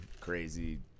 crazy